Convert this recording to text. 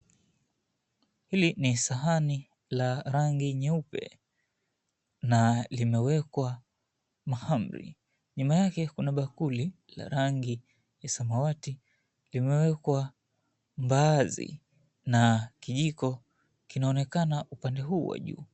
Hili ni sahani la rangi nyeupe na limewekwa mahamri, nyuma yake kuna bakuli la rangi ya samawati limewekwa mbaazi na kijiko kinaonekana upande huu wa juu.